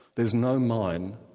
there's no mine,